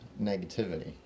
negativity